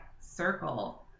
circle